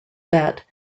that